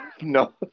No